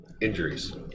injuries